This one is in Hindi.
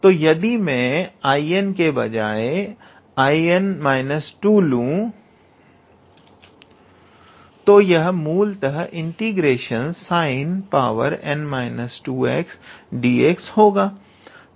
तो यदि मैं 𝐼𝑛 के बजाय 𝐼𝑛−2 लू तो यह मूलतः ∫ 𝑠𝑖𝑛𝑛−2𝑥𝑑𝑥 होगा